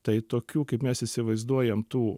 tai tokių kaip mes įsivaizduojam tų